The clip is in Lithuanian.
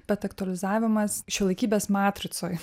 bet aktualizavimas šiuolaikybės matricoj